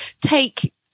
take